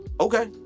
Okay